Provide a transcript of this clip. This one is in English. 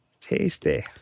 Tasty